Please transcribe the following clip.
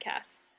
Podcasts